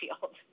field